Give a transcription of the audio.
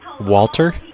Walter